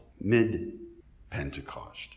Mid-Pentecost